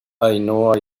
ainhoa